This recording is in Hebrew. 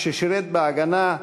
כששירת ב"הגנה",